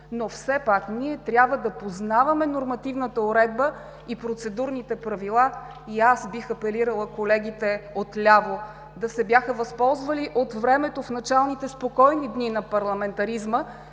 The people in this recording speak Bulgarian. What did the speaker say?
но все пак трябва да познаваме нормативната уредба и процедурните правила. Бих апелирала към колегите от ляво да се бяха възползвали от времето в началните спокойни дни на парламентаризма,